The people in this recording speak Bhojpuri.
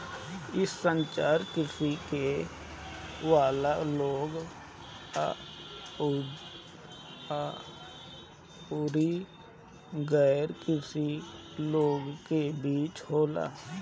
इ संचार कृषि करे वाला लोग अउरी गैर कृषि लोग के बीच होला